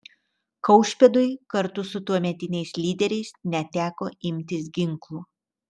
kaušpėdui kartu su tuometiniais lyderiais neteko imtis ginklų